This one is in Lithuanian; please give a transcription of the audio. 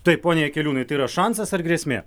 taip pone jakeliūnai tai yra šansas ar grėsmė